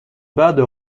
بده